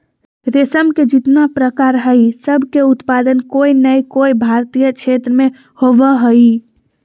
रेशम के जितना प्रकार हई, सब के उत्पादन कोय नै कोय भारतीय क्षेत्र मे होवअ हई